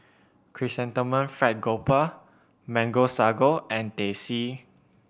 Chrysanthemum Fried Garoupa Mango Sago and Teh C